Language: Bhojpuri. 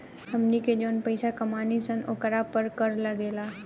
हमनी के जौन पइसा कमानी सन ओकरा पर कर लागेला